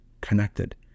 connected